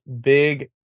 big